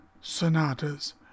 Sonatas